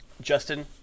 Justin